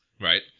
Right